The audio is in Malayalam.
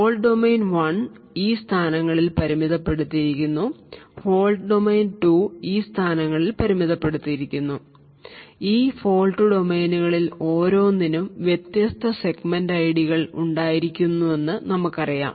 ഫോൾട്ട് ഡൊമെയ്ൻ 1 ഈ സ്ഥാനങ്ങളിൽ പരിമിതപ്പെടുത്തിയിരിക്കുന്നു ഫോൾട്ട് ഡൊമെയ്ൻ 2 ഈ സ്ഥാനങ്ങളിൽ പരിമിതപ്പെടുത്തിയിരിക്കുന്നു ഈ ഫോൾട്ട് ഡൊമെയ്നുകളിൽ ഓരോന്നിനും വ്യത്യസ്ത സെഗ്മെന്റ് ഐഡികൾ ഉണ്ടായിരിക്കുമെന്ന് നമുക്കറിയാം